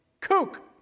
kook